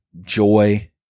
joy